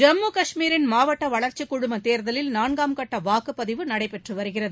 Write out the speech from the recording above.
ஜம்மு கஷ்மீரின் மாவட்ட வளர்ச்சிக் குழும தேர்தலில் நான்காம் கட்ட வாக்குப்பதிவு நடைபெற்று வருகிறது